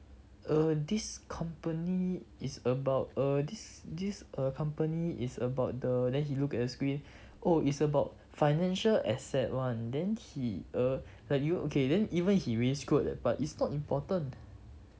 uh this company is about err this this err company is about the then he looked at the screen oh it's about financial asset [one] then he err like you okay then even he really screwed up that part it's not important